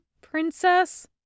princess